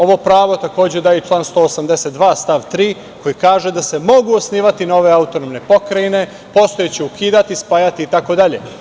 Ovo pravo takođe daje i član 182. stav 3, koji kaže da se mogu osnivati nove autonomne pokrajine, postojeće ukidati, spajati, itd.